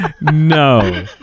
no